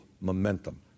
momentum